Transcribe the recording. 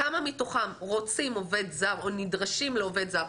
כמה מתוכם רוצים עובד זר או נדרשים לעובד זר?